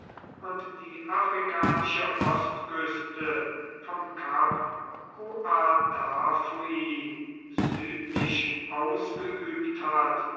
und die afrikanische ostküste vom kap guardafui südlich ausgeübt hat